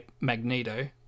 Magneto